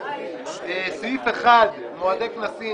סעיף 1: מועדי כנסים